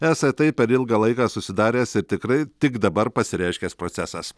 esą tai per ilgą laiką susidaręs ir tikrai tik dabar pasireiškęs procesas